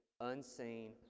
unseen